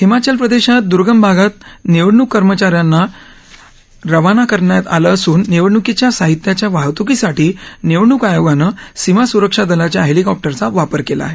हिमाचल प्रदेशात दुर्गम भागात निवडणूक कर्मचा यांना अधिच रवाना करण्यात आलं असून निवडणुकीच्या साहित्याच्या वाहतूकीसाठी निवडणूक आयोगानं सीमा सुरक्षा दलाच्या हॅलिकॉप्टरचा वापर केला आहे